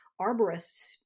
arborists